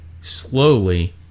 slowly